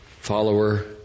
follower